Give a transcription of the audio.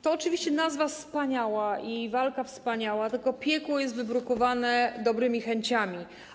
To oczywiście nazwa wspaniała i walka wspaniała, tylko piekło jest wybrukowane dobrymi chęciami.